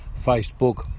Facebook